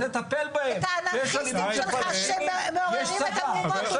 תעיף את האנרכיסטים שלך שמעוררים את המהומות.